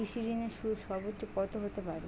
কৃষিঋণের সুদ সর্বোচ্চ কত হতে পারে?